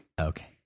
Okay